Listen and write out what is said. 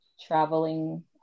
traveling